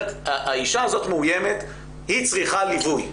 שהאישה הזאת מאוימת והיא צריכה ליווי.